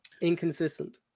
Inconsistent